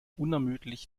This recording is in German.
unermüdlich